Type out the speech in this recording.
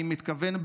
אני מתכוון,